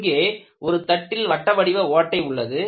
இங்கே ஒரு தட்டில் வட்ட வடிவ ஓட்டை உள்ளது